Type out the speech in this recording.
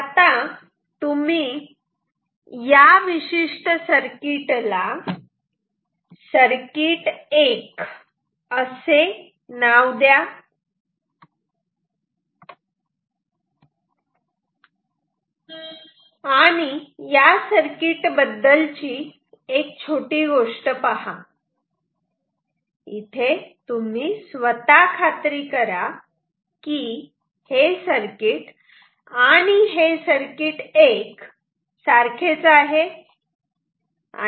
आता तुम्ही या विशिष्ट सर्किटला सर्किट 1 असे नाव द्या आणि या सर्किट बद्दलची एक छोटी गोष्ट पहा इथे तुम्ही स्वतः खात्री करा की हे सर्किट आणि हे सर्किट 1 सारखेच आहे